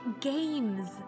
Games